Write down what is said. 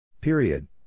Period